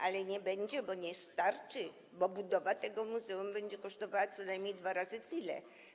Ale nie, bo nie starczy, gdyż budowa tego muzeum będzie kosztowała co najmniej dwa razy tyle.